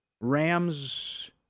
Rams